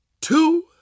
two